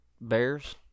Bears